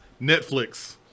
Netflix